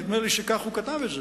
נדמה לי שכך הוא כתב את זה.